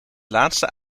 laatste